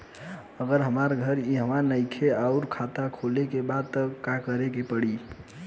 अगर हमार घर इहवा नईखे आउर खाता खोले के बा त का करे के पड़ी?